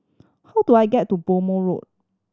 how do I get to Road